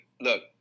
look